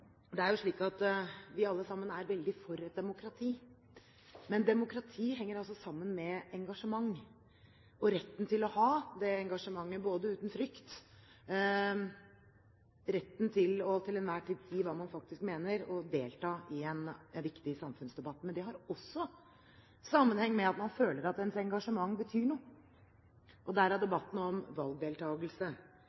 Det er jo slik at vi alle sammen er veldig for demokrati, men demokrati henger også sammen med engasjement og retten til å ha det engasjementet uten frykt, retten til til enhver tid å si hva man faktisk mener, og delta i en viktig samfunnsdebatt. Men det har også sammenheng med at en føler at ens engasjement betyr noe, derav debatten om valgdeltakelse. Det er